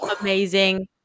amazing